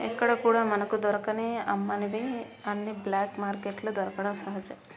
ఎక్కడా కూడా మనకు దొరకని అమ్మనివి అన్ని బ్లాక్ మార్కెట్లో దొరకడం సహజం